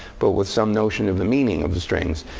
but with some notion of the meaning of the strings.